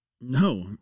No